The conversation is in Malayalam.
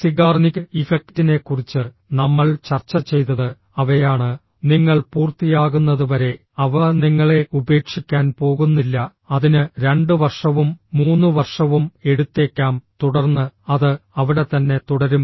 സിഗാർനിക് ഇഫക്റ്റിനെക്കുറിച്ച് നമ്മൾ ചർച്ച ചെയ്തത് അവയാണ് നിങ്ങൾ പൂർത്തിയാകുന്നതുവരെ അവ നിങ്ങളെ ഉപേക്ഷിക്കാൻ പോകുന്നില്ല അതിന് 2 വർഷവും 3 വർഷവും എടുത്തേക്കാം തുടർന്ന് അത് അവിടെ തന്നെ തുടരും